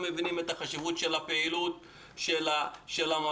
מבינים את החשיבות של הפעילות של המרצים.